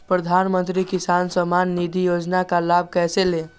प्रधानमंत्री किसान समान निधि योजना का लाभ कैसे ले?